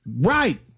Right